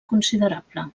considerable